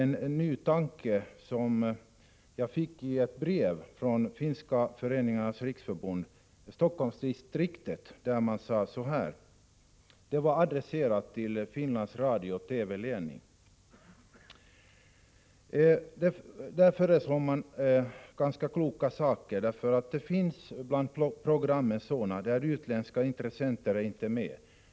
Finska föreningen i Helsingfors skrev nämligen till mig och förmedlade en ny tanke. Det gäller det brev som var adresserat till Finlands radiooch TV-ledning. Man föreslår där ganska kloka saker. Det finns ju sådana program där utländska intressenter inte är med.